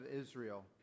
Israel